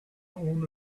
own